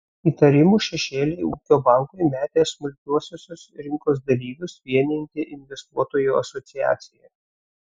įtarimų šešėlį ūkio bankui metė smulkiuosiuose rinkos dalyvius vienijanti investuotojų asociacija